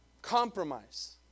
Compromise